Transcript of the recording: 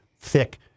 thick